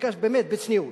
באמת בצניעות,